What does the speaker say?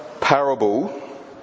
parable